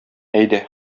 әйдә